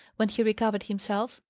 when he recovered himself.